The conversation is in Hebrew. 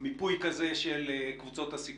מיפוי כזה של קבוצות הסיכון.